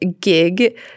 gig